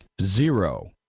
Zero